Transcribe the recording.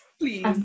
please